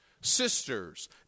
sisters